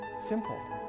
Simple